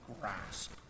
grasp